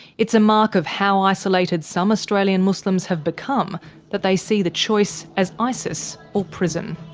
it's a mark of how isolated some australian muslims have become that they see the choice as isis, or prison.